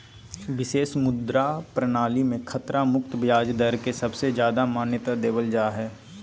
विशेष मुद्रा प्रणाली मे खतरा मुक्त ब्याज दर के सबसे ज्यादा मान्यता देवल जा हय